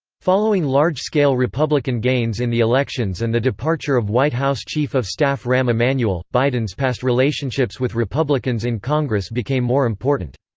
following large-scale republican gains in the elections and the departure of white house chief of staff rahm emanuel, biden's past relationships with republicans in congress became more important.